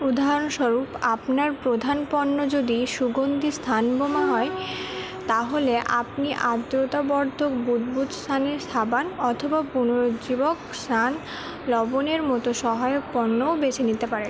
উদাহরণস্বরূপ আপনার প্রধান পণ্য যদি সুগন্ধি স্থান বোমা হয় তাহলে আপনি আর্দ্রতাবর্ধক বুদ্বুদ্ স্নানের সাবান অথবা পুনরুজ্জীবক স্নান লবণের মতো সহায়ক পণ্যও বেছে নিতে পারেন